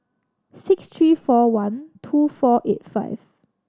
six three four one two four eight five